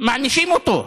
מענישים אותו.